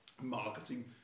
marketing